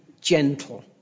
gentle